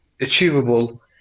achievable